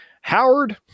Howard